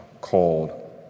called